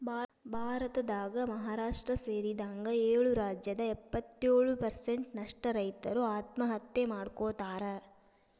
ಭಾರತದಾಗ ಮಹಾರಾಷ್ಟ್ರ ಸೇರಿದಂಗ ಏಳು ರಾಜ್ಯದಾಗ ಎಂಬತ್ತಯೊಳು ಪ್ರಸೆಂಟ್ ನಷ್ಟ ರೈತರು ಆತ್ಮಹತ್ಯೆ ಮಾಡ್ಕೋತಾರ